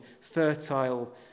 fertile